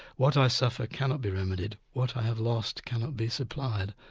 what i suffer cannot be remedied, what i have lost cannot be supplied.